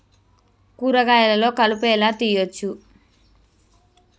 కూరగాయలలో కలుపు ఎలా తీయచ్చు?